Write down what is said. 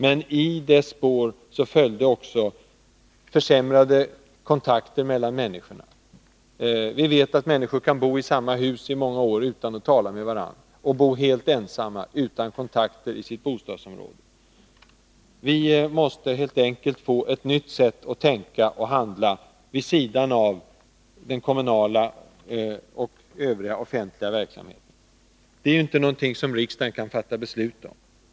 Men i dess spår följde också försämrade kontakter mellan människorna. Vi vet att människor kan bo i samma hus i många år utan att tala med varandra och bo helt ensamma utan kontakter i sina bostadsområden. Vi måste helt enkelt få ett nytt sätt att tänka och handla, vid sidan av den kommunala och övriga offentliga verksamheten. Det är inte någonting som riksdagen kan fatta beslut om.